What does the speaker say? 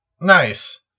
Nice